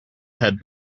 had